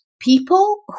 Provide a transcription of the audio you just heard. people